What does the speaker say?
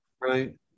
right